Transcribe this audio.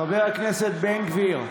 חבר הכנסת בן גביר,